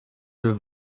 will